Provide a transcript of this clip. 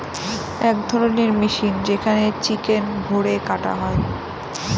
এক ধরণের মেশিন যেখানে চিকেন ভোরে কাটা হয়